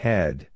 Head